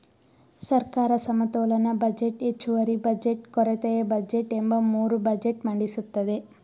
ಸರ್ಕಾರ ಸಮತೋಲನ ಬಜೆಟ್, ಹೆಚ್ಚುವರಿ ಬಜೆಟ್, ಕೊರತೆಯ ಬಜೆಟ್ ಎಂಬ ಮೂರು ಬಜೆಟ್ ಮಂಡಿಸುತ್ತದೆ